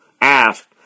asked